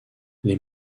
les